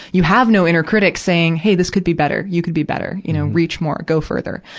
you have no inner critic saying, hey, this could be better. you could be better. you know, reach more, go further.